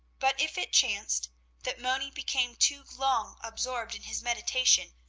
but if it chanced that moni became too long absorbed in his meditation,